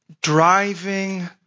driving